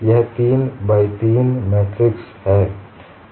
यह 3 by 3 matrix है